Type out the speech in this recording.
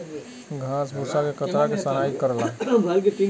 घास भूसा के कतरा के सनाई करला